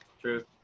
True